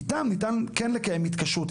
איתם ניתן כן לקיים התקשרות.